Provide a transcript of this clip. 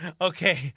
Okay